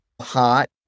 Hot